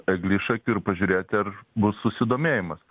eglišakių ir pažiūrėti ar bus susidomėjimas